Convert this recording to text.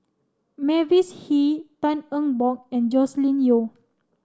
Mavis Hee Tan Eng Bock and Joscelin Yeo